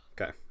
Okay